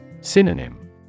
Synonym